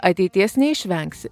ateities neišvengsi